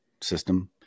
system